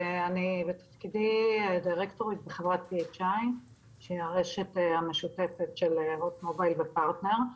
אני בתפקידי דירקטורית בחברה שהיא הרשת המשותפת של הוט מובייל ופרטנר.